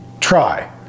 try